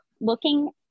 looking